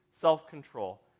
self-control